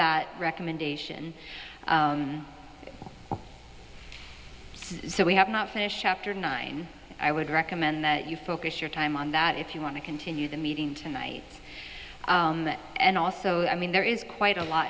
that recommendation so we have not finished chapter nine i would recommend that you focus your time on that if you want to continue the meeting tonight and also i mean there is quite a lot